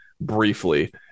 briefly